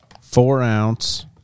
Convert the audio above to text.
four-ounce